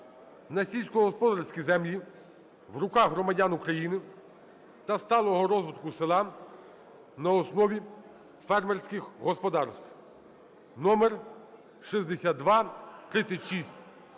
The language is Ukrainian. на сільськогосподарські землі в руках громадян України та сталого розвитку села на основі фермерських господарств (номер 6236).